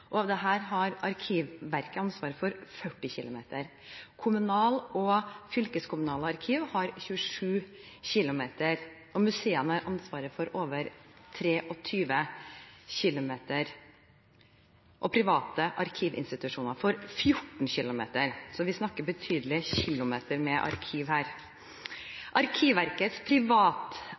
Av dette har Arkivverket ansvar for 40 km, kommunale og fylkeskommunale arkiver har 27 km, museene har ansvar for over 23 km og private arkivinstitusjoner for 14 km, så vi snakker betydelig med kilometer arkiv her. Arkivverkets